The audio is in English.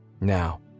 Now